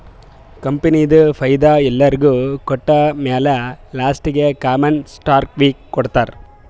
ಕಂಪನಿದು ಫೈದಾ ಎಲ್ಲೊರಿಗ್ ಕೊಟ್ಟಮ್ಯಾಲ ಲಾಸ್ಟೀಗಿ ಕಾಮನ್ ಸ್ಟಾಕ್ದವ್ರಿಗ್ ಕೊಡ್ತಾರ್